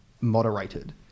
moderated